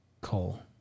coal